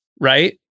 right